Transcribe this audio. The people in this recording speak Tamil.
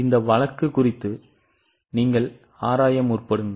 இந்த வழக்கு குறித்து ஆராய முற்படுங்கள்